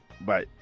Bye